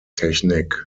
technique